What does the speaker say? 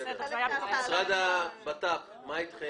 המשרד לביטחון פנים, מה אתכם?